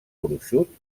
gruixut